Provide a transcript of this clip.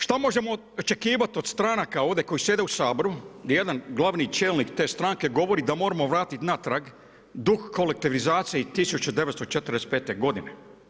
Šta možemo očekivati od stranaka ovdje koji sjede u Saboru, gdje jedan glavni čelnik te stranke govori da moramo vratiti natrag duh kolektivizacije i 1945. godine.